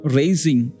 raising